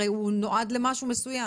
הרי הוא נועד לצורך מסוים.